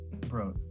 Bro